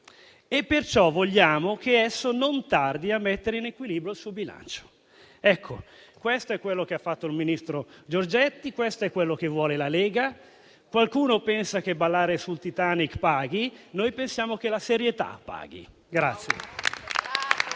e perciò vogliamo che esso non tardi a mettere in equilibrio il suo bilancio. Ecco, questo è quello che ha fatto il ministro Giorgetti; questo è quello che vuole la Lega. Qualcuno pensa che ballare sul Titanic paghi. Noi pensiamo che la serietà paghi.